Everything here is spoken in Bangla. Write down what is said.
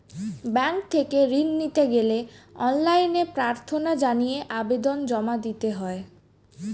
ব্যাংক থেকে ঋণ নিতে গেলে অনলাইনে প্রার্থনা জানিয়ে আবেদন জমা দিতে হয়